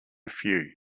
few